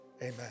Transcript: Amen